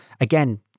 again